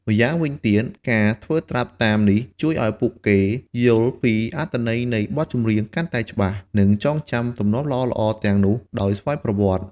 ម្យ៉ាងវិញទៀត ការធ្វើត្រាប់តាមនេះជួយឲ្យពួកគេយល់ពីអត្ថន័យនៃបទចម្រៀងកាន់តែច្បាស់ និងចងចាំទម្លាប់ល្អៗទាំងនោះដោយស្វ័យប្រវត្តិ។